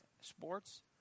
sports